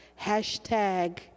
hashtag